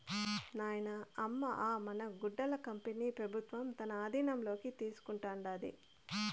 నాయనా, అమ్మ అ మన గుడ్డల కంపెనీ పెబుత్వం తన ఆధీనంలోకి తీసుకుంటాండాది